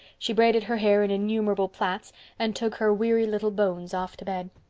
she braided her hair in innumerable plaits and took her weary little bones off to bed.